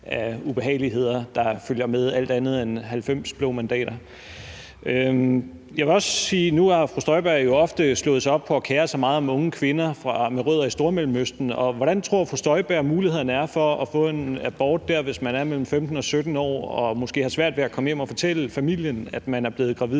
af ubehageligheder, der følger med, når der er alt andet end 90 blå mandater. Jeg vil også sige, at fru Inger Støjberg jo ofte har slået sig op på at kere sig meget om unge kvinder med rødder i Stormellemøsten. Hvordan tror fru Inger Støjberg mulighederne er for at få en abort dér, hvis man er mellem 15 og 17 år og måske har svært ved at fortælle familien derhjemme, at man er blevet gravid